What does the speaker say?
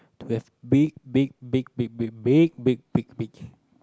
to have big big big big big big big big big